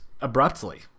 abruptly